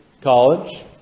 college